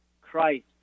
Christ